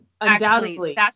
undoubtedly